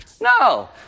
No